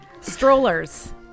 Strollers